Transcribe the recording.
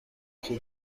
خوب